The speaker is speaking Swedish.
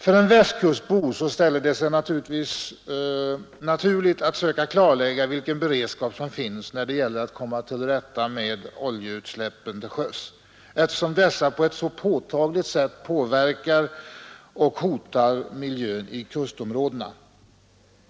För en västkustbo ställer det sig ju ganska naturligt att söka klarlägga vilken beredskap som finns, när det gäller att komma till rätta med oljeutsläpp till sjöss, eftersom dessa på ett så påtagligt sätt påverkar och hotar miljön i kustområdena.